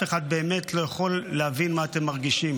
אחד לא באמת יכול להבין מה אתם מרגישים.